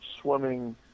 swimming